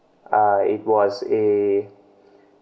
uh it was a